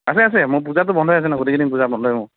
আছে আছে মই পূজাততো বন্ধই আছে ন গোটেইকেইদিন পূজাত বন্ধই মোৰ